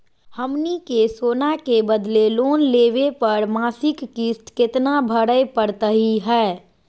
हमनी के सोना के बदले लोन लेवे पर मासिक किस्त केतना भरै परतही हे?